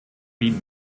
been